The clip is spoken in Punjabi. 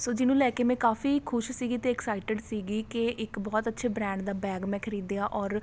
ਸੋ ਜਿਹਨੂੰ ਲੈ ਕੇ ਮੈਂ ਕਾਫੀ ਖੁਸ਼ ਸੀਗੀ ਅਤੇ ਐਕਸਾਇਟਿਡ ਸੀਗੀ ਕਿ ਇੱਕ ਬਹੁਤ ਅੱਛੇ ਬਰੈਂਡ ਦਾ ਬੈਗ ਮੈਂ ਖਰੀਦਿਆ ਓਰ